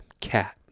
Cat